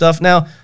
Now